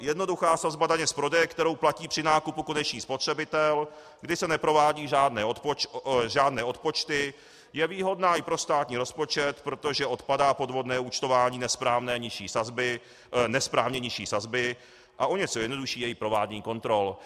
Jednoduchá sazba daně z prodeje, kterou platí při nákupu konečný spotřebitel, kdy se neprovádějí žádné odpočty, je výhodná i pro státní rozpočet, protože odpadá podvodné účtování nesprávné nižší sazby nesprávně nižší sazby, a o něco jednodušší je i provádění kontrol.